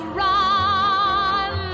run